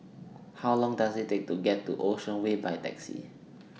How Long Does IT Take to get to Ocean Way By Taxi